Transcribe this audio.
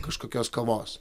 kažkokios kavos